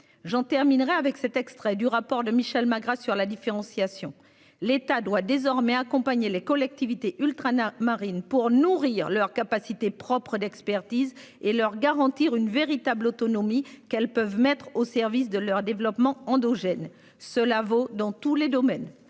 j'en terminerai avec cet extrait du rapport de Michel Magras sur la différenciation. L'État doit désormais accompagner les collectivités ultra-marines pour nourrir leurs capacités propres d'expertise et leur garantir une véritable autonomie qu'elles peuvent mettre au service de leur développement endogène. Cela vaut dans tous les domaines.